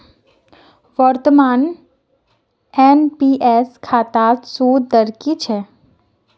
वर्तमानत एन.पी.एस खातात सूद दर की छेक